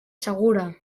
segura